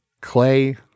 Clay